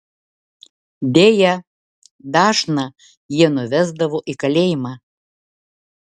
deja dažną jie nuvesdavo į kalėjimą